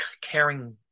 caring